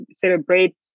celebrate